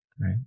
right